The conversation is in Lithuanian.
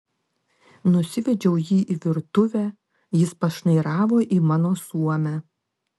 nusivedžiau jį į virtuvę jis pašnairavo į mano suomę